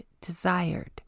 desired